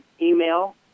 email